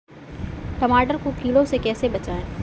टमाटर को कीड़ों से कैसे बचाएँ?